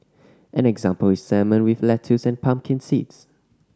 an example is salmon with lettuce and pumpkin seeds